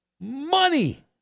money